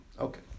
Okay